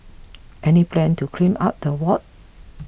any plan to clean up the ward